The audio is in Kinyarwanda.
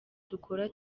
dukora